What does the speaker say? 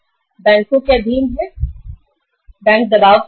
bank दबाव में है